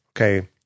okay